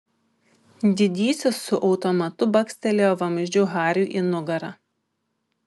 didysis su automatu bakstelėjo vamzdžiu hariui į nugarą